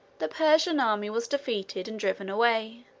the persian army was defeated and driven away.